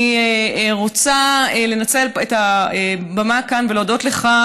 אני רוצה לנצל את הבמה כאן ולהודות לך,